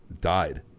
died